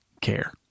care